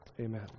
Amen